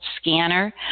scanner